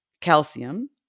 calcium